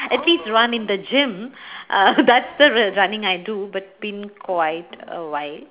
at least run in the gym uh that's the real running I do but been quite a while